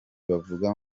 bavuga